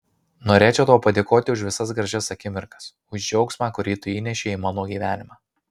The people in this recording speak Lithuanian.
norėčiau tau padėkoti už visas gražias akimirkas už džiaugsmą kurį tu įnešei į mano gyvenimą